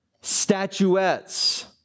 statuettes